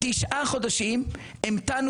המתנו תשעה חודשים להגעת החלקים,